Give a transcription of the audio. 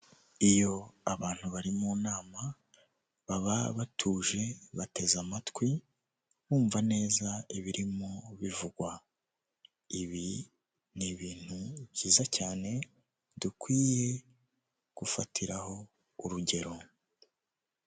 Iyo abantu bari mu nama baba batuje bateze amatwi, bumva neza ibirimo bivugwa. Ibi ni ibintu byiza cyane dukwiye gufatiraho urugero.